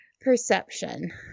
perception